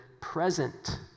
present